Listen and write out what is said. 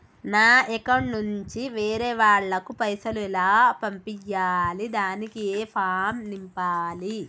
నా అకౌంట్ నుంచి వేరే వాళ్ళకు పైసలు ఎలా పంపియ్యాలి దానికి ఏ ఫామ్ నింపాలి?